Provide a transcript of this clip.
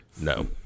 No